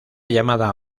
llamada